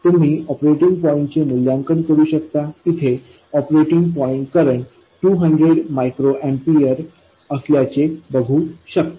तुम्ही ऑपरेटिंग पॉईंटचे मूल्यांकन करू शकता आणि येथे operating point current 200 micro ampere असल्याचे बघू शकता